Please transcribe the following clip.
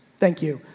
thank you.